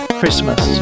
Christmas